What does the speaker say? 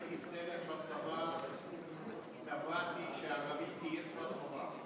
כשהייתי סרן בצבא תבעתי שהערבית תהיה שפת חובה.